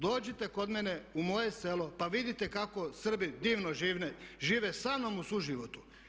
Dođite kod mene u moje selo pa vidite kako Srbi divno žive samnom u suživotu.